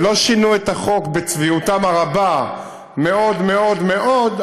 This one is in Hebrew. ולא שינו את החוק בצביעותם הרבה מאוד מאוד מאוד,